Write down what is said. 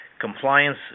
compliance